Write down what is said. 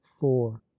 four